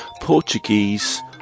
Portuguese